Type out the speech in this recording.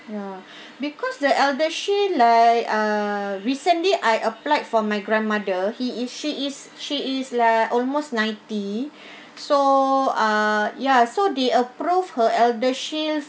ya because the eldershield like uh recently I applied for my grandmother he is she is she is like almost ninety so uh ya so they approve her eldershield